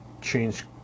change